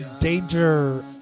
Danger